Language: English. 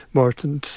Martin